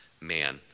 man